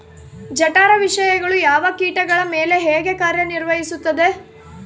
ಜಠರ ವಿಷಯಗಳು ಯಾವ ಕೇಟಗಳ ಮೇಲೆ ಹೇಗೆ ಕಾರ್ಯ ನಿರ್ವಹಿಸುತ್ತದೆ?